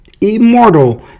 Immortal